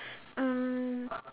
um